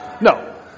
No